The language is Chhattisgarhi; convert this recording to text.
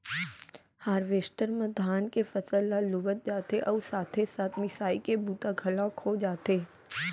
हारवेस्टर म धान के फसल ल लुवत जाथे अउ साथे साथ मिसाई के बूता घलोक हो जाथे